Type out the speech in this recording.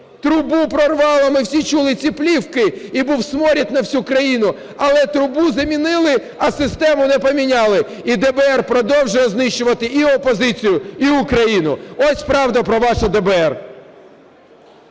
Трубу прорвало, ми всі чули ці плівки і був сморід на всю країну, але трубу замінили, а систему не поміняли. І ДБР продовжує знищувати і опозицію, і Україну. Ось правда про ваше ДБР.